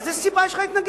איזה סיבה יש לך להתנגד,